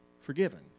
forgiven